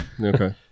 Okay